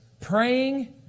praying